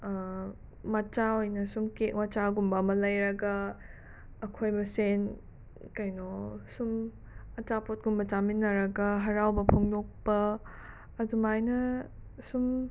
ꯃꯆꯥ ꯑꯣꯏꯅꯁꯨꯝ ꯀꯦꯛ ꯃꯆꯥꯒꯨꯝꯕ ꯑꯃ ꯂꯩꯔꯒ ꯑꯩꯈꯣꯏ ꯃꯁꯦꯟ ꯀꯩꯅꯣ ꯁꯨꯝ ꯑꯆꯥꯄꯣꯠ ꯀꯨꯝꯕ ꯆꯥꯃꯤꯟꯅꯔꯒ ꯍꯔꯥꯎꯕ ꯐꯣꯡꯗꯣꯛꯄ ꯑꯗꯨꯃꯥꯏꯅ ꯁꯨꯝ